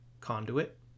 Conduit